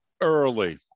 Early